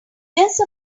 just